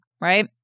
right